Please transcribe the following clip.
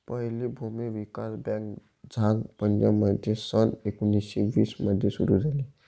पहिली भूमी विकास बँक झांग पंजाबमध्ये सन एकोणीसशे वीस मध्ये सुरू झाली